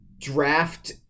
draft